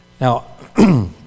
Now